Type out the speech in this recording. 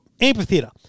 amphitheater